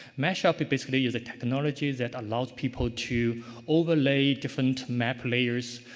mash-up basically is a technology that allows people to overlay different map layers,